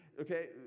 okay